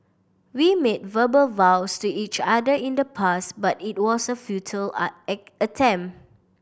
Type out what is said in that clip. we made verbal vows to each other in the past but it was a futile art attempt